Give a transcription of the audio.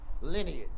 lineage